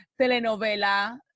telenovela